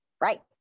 Right